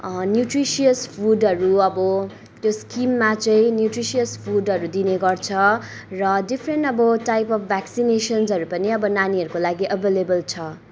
nutritious फुडहरू अब त्यो स्किममा चाहिँ न्युट्रिसियस फुडहरू दिने गर्छ र डिफ्रेन्ट अब टाइप अफ भेक्सिनेसन्सहरू पनि अब नानीहरूको लागि एभाइलेबल छ